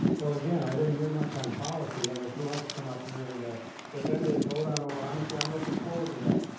well again, i didn't hear much on policy, and if he wants to come up here and ah defend his vote on obamacare, i'm lookin forward to that.